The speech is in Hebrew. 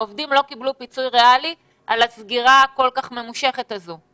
העובדים לא קיבלו פיצוי ריאלי על הסגירה הכול כך ממושכת הזאת.